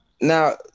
now